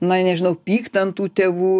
na nežinau pykt ant tų tėvų